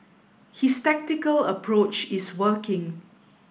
his tactical approach is working